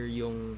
yung